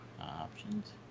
Options